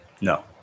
No